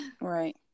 Right